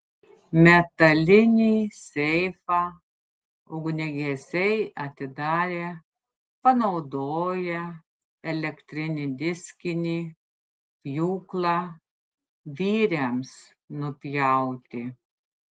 metalinį seifą ugniagesiai atidarė panaudoję elektrinį diskinį pjūklą vyriams nupjauti